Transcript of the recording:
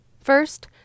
First